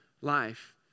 life